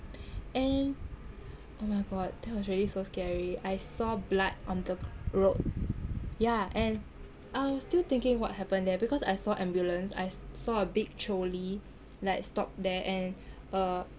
and oh my god that was really so scary I saw blood on the road yah and I was still thinking what happened there because I saw ambulance I saw a big trolley like stopped there and uh